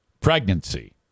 pregnancy